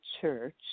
church